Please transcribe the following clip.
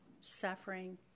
suffering